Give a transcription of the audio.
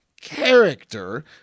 character